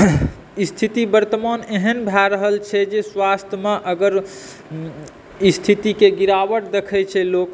स्थिति वर्तमान एहन भए रहल छै जे स्वास्थ्यमे अगर स्थितिके गिरावट देख़ै छै लोक